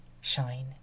shine